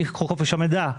לפי חוק חופש המידע,